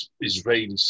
Israeli